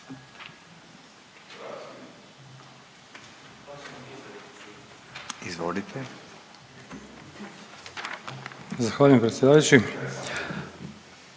ljutim. Zahvaljujem predsjedavajući.